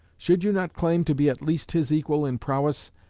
should you not claim to be at least his equal in prowess,